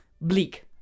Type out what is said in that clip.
bleak